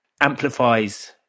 amplifies